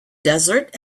desert